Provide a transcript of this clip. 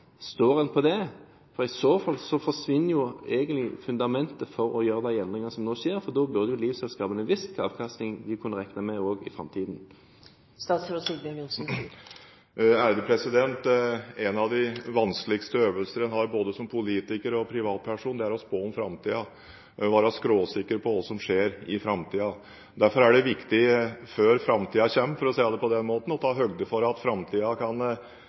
I så fall forsvinner egentlig fundamentet for å gjøre de endringene som nå gjøres, for da burde livselskapene visst hva slags avkastning de kunne regne med også i framtiden. En av de vanskeligste øvelser en kan gjøre, både som politiker og privatperson, er å spå om framtiden og være skråsikker på hva som kommer til å skje. Derfor er det viktig før framtiden kommer, for å si det på den måten, å ta høyde både for at framtiden kan